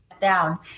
down